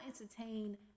entertain